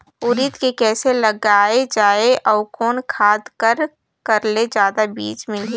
उरीद के कइसे लगाय जाले अउ कोन खाद कर करेले जादा बीजा मिलही?